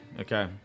okay